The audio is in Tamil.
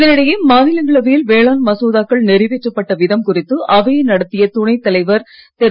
இதனிடையே மாநிலங்களவையில் வேளாண் மசோதாக்கள் நிறைவேற்றப்பட்ட விதம் குறித்து அவையை நடத்திய துணை தலைவர் திரு